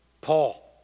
Paul